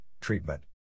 treatment